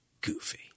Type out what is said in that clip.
Goofy